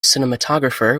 cinematographer